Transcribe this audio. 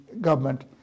government